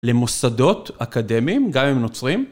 למוסדות אקדמיים, גם אם נוצרים.